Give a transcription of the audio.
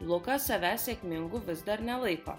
lukas save sėkmingu vis dar nelaiko